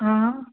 हा